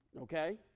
Okay